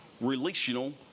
relational